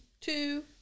two